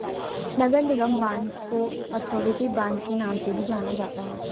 नगर निगम बांड को authority bond के नाम से भी जाना जाता है